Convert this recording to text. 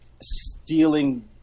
stealing